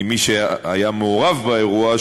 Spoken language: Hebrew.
ממי שהיה מעורב באירוע,